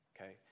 okay